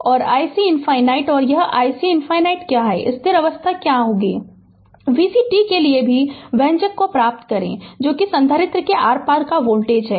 और ic ∞ यह ic ∞ क्या है स्थिर अवस्था मान क्या है vc t के लिए भी व्यंजक प्राप्त करें जो कि संधारित्र के आर पार वोल्टेज है